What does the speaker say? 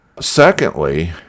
Secondly